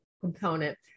component